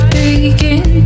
begin